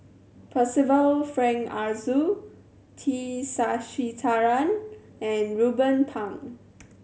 Percival Frank Aroozoo T Sasitharan and Ruben Pang